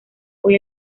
hoy